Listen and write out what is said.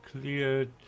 cleared